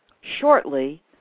Shortly